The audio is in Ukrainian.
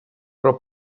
про